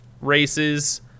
races